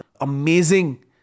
Amazing